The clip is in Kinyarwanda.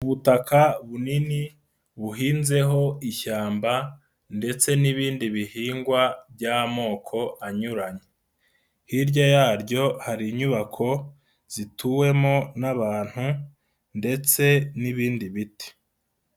Ubutaka bunini buhinzeho ishyamba ndetse n'ibindi bihingwa by'amoko anyuranye, hirya yaryo hari inyubako zituwemo n'abantu ndetse n'ibindi biti.